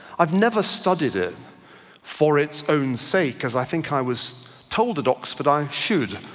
i've never studied it for its own sake, because i think i was told at oxford i should.